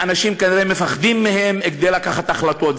ואנשים כנראה מפחדים מהם מכדי לקבל החלטות.